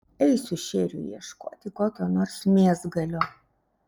eisiu šėriui ieškoti kokio nors mėsgalio